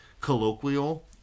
colloquial